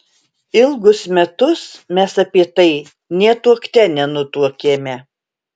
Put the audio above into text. ilgus metus mes apie tai nė tuokte nenutuokėme